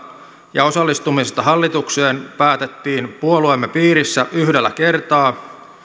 ja osallistumisesta hallitukseen päätettiin puolueemme piirissä yhdellä kertaa